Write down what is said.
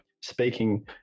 speaking